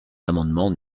l’amendement